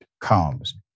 comes